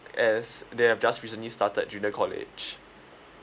as they have just recently started junior college